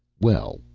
well,